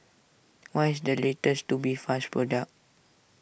what is the latest Tubifast product